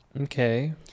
Okay